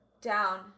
down